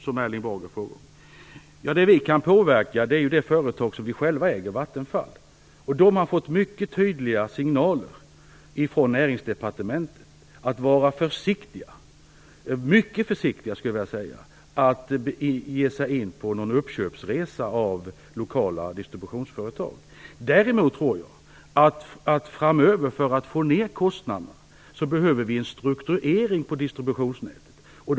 Det som regeringen kan påverka är det företag staten äger, nämligen Vattenfall. Vattenfall har fått mycket tydliga signaler från Näringsdepartementet att vara väldigt försiktigt med att ge sig ut på någon uppköpsresa av lokala distributionsföretag. Däremot tror jag att vi för att få ned kostnaderna behöver en strukturering av distributionsnätet framöver.